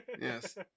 Yes